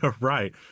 right